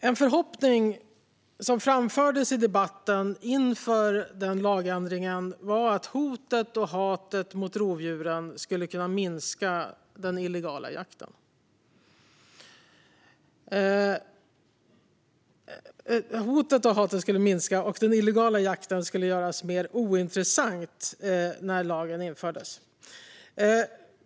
En förhoppning som framfördes i debatten inför lagändringen var att hotet och hatet mot rovdjuren skulle minska och den illegala jakten göras mer ointressant när lagen infördes.